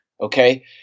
Okay